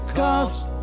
cost